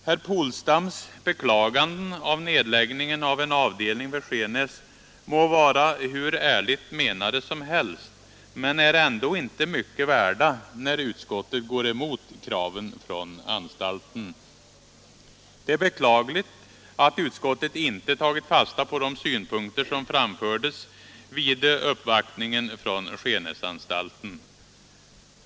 Herr Polstams beklaganden av nedläggningen av en avdelning vid Skenäs må vara hur ärligt menade som helst men är ändå inte mycket värda, när utskottet går emot kravet från anstalten. Det är beklagligt att utskottet inte tagit fasta på de synpunkter som framfördes vid uppvaktningen från Skeniisanstalten.